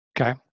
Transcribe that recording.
Okay